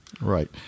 Right